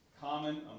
Common